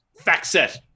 FactSet